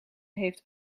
heeft